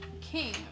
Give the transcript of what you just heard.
king